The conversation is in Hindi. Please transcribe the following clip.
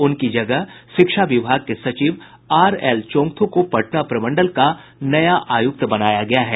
उनकी जगह शिक्षा विभाग के सचिव आर एल चोंग्थू को पटना प्रमंडल का आयुक्त बनाया गया है